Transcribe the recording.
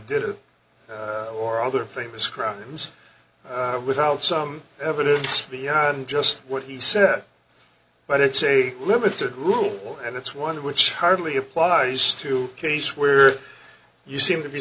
did it or other famous crimes without some evidence beyond just what he said but it's a limited rule and it's one which hardly applies to case where you seem to be